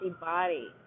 body